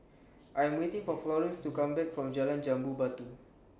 I Am waiting For Florene to Come Back from Jalan Jambu Batu